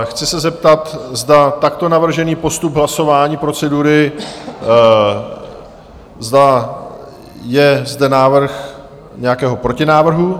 Chci se zeptat, zda takto navržený postup hlasování procedury, zda je zde návrh nějakého protinávrhu?